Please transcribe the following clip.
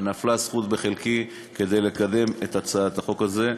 ונפלה הזכות בחלקי לקדם את הצעת החוק הזאת.